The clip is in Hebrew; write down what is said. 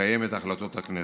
ולקיים את החלטות הכנסת.